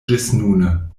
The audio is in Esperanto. ĝisnune